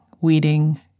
weeding